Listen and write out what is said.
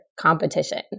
competition